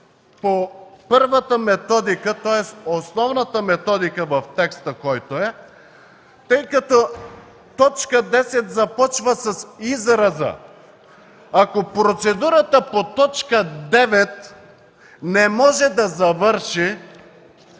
по първата методика, тоест основната методика в текста, тъй като т. 10 започва с израза: „Ако процедурата по т. 9 не може да завърши